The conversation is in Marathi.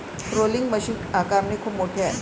रोलिंग मशीन आकाराने खूप मोठे आहे